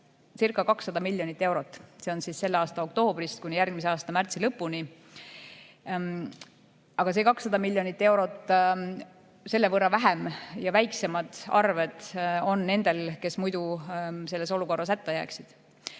eelarvestca200 miljonit eurot. See on siis selle aasta oktoobrist kuni järgmise aasta märtsi lõpuni. Aga see 200 miljonit eurot – selle võrra väiksemad arved on nendel, kes muidu selles olukorras hätta jääksid.